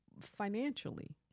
financially